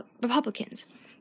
Republicans